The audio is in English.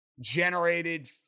generated